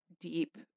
deep